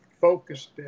focused